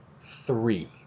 three